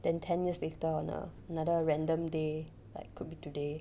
then ten years later on a another random day like could be today